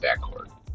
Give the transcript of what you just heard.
backcourt